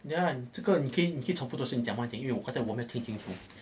这个你可以你可以重复刚才你讲的吗因为刚才我没有听清楚